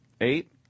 Eight